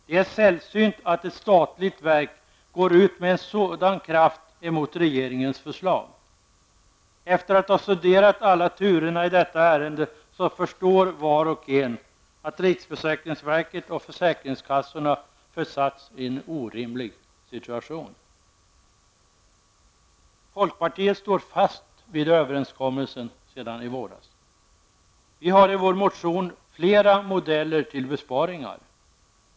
Det är sällsynt att ett statligt verk med sådan kraft går emot regeringens förslag. Efter att ha studerat alla turerna i detta ärende förstår var och en att riksförsäkringsverket och försäkringskassorna försatts i en orimlig situation. Folkpartiet står fast vid överenskommelsen från i våras. Vi har i vår motion flera modeller till besparingar.